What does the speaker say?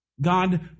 God